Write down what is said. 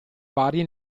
varie